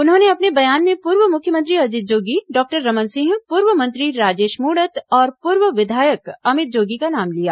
उन्होंने अपने बयान में पूर्व मुख्यमंत्री अजीत जोगी डॉक्टर रमन सिंह पूर्व मंत्री राजेश मूणत और पूर्व विधायक अमित जोगी का नाम लिया